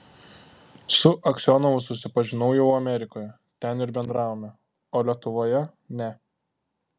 su aksionovu susipažinau jau amerikoje ten ir bendravome o lietuvoje ne